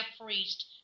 priest